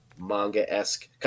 manga-esque